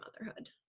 motherhood